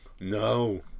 No